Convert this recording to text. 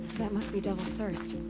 that must be devil's thirst.